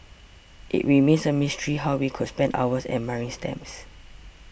it remains a mystery how we could spend hours admiring stamps